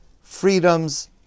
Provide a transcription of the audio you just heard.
freedom's